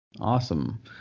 awesome